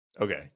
Okay